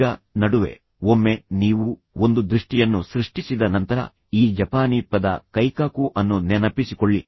ಈಗ ನಡುವೆ ಒಮ್ಮೆ ನೀವು ಒಂದು ದೃಷ್ಟಿಯನ್ನು ಸೃಷ್ಟಿಸಿದ ನಂತರ ಈ ಜಪಾನೀ ಪದ ಕೈಕಾಕು ಅನ್ನು ನೆನಪಿಸಿಕೊಳ್ಳಿ